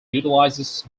utilizes